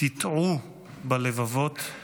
תיטעו בלבבות,